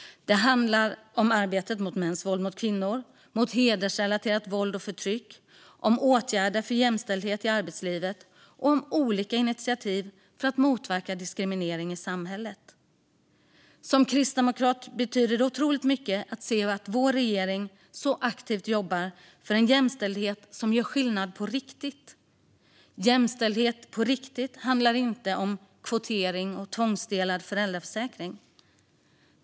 Det handlar om arbetet mot mäns våld mot kvinnor och mot hedersrelaterat våld och förtryck, om åtgärder för jämställdhet i arbetslivet och om olika initiativ för att motverka diskriminering i samhället. För mig som kristdemokrat betyder det otroligt mycket att se att vår regering så aktivt jobbar för en jämställdhet som gör skillnad på riktigt. Jämställdhet på riktigt handlar inte om kvotering och tvångsdelad föräldraförsäkring.